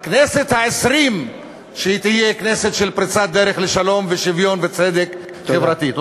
והכנסת העשרים תהיה כנסת של פריצת דרך לשלום ושוויון וצדק חברתי.